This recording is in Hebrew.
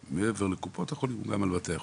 מעבר לקופות החולים גם על בתי החולים.